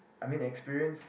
I mean experience